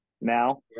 Now